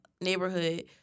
neighborhood